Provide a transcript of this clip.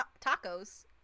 tacos